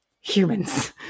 humans